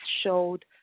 showed